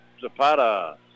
Zapata